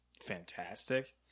fantastic